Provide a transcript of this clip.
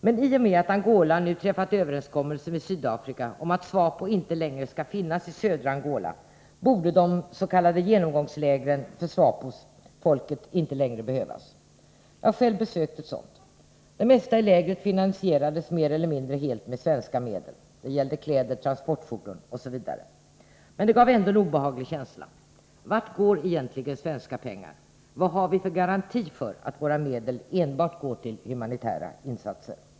Men i och med att Angola nu träffat överenskommelse med Sydafrika om att SWAPO inte skall finnas i södra Angola, borde ju de s.k. genomgångslägren för SNAPO-folk inte längre behövas. Jag har själv besökt ett sådant. Det mesta i lägret finansierades mer eller mindre helt med svenska medel. Det gällde kläder, transportfordon osv. Men det gav ändå en obehaglig känsla. Vart går egentligen svenska pengar? Vad har vi för garanti att våra medel enbart går till humanitära insatser?